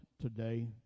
today